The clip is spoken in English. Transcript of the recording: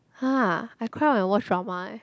!huh! I cry when I watch drama eh